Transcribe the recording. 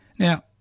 Now